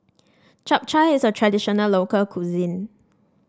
Chap Chai is a traditional local cuisine